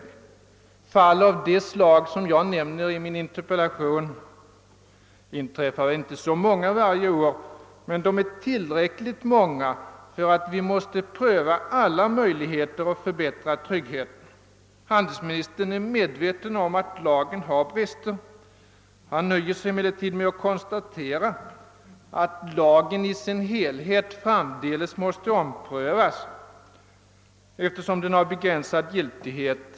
Det inträffar inte så många fall varje år av det slag som jag nämnt i min interpellation, men antalet är tillräckligt stort för att vi måste pröva alla möjligheter att förbättra tryggheten. Handelsministern är medveten om att lagen har brister. Han nöjer sig emellertid med att konstatera att lagen i sin helhet framdeles måste omprövas, eftersom den har begränsad giltighet.